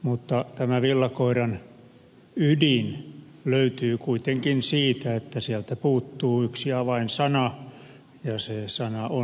mutta tämä villakoiran ydin löytyy kuitenkin siitä että sieltä puuttuu yksi avainsana ja se sana on juna